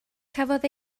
cafodd